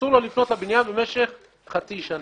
אסור לו לפנות לבניין במשך חצי שנה.